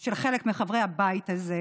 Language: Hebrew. של חלק מחברי הבית הזה,